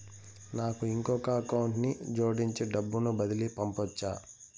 నాకు ఇంకొక అకౌంట్ ని జోడించి డబ్బును బదిలీ పంపొచ్చా?